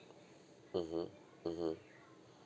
mmhmm mmhmm